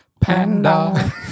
Panda